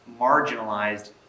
marginalized